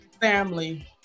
family